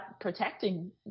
protecting